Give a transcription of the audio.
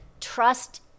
trust